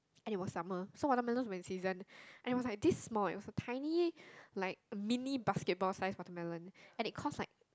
and it was summer so watermelons were in season and it was like this small eh it was a tiny like mini basketball sized watermelon and it costs like